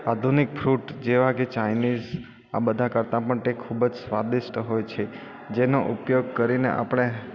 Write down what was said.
આધુનિક ફ્રુટ જેવા કે ચાઈનીઝ આ બધા કરતા પણ તે સ્વાદિષ્ટ હોય છે જેનો ઉપયોગ કરીને આપણે